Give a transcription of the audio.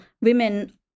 women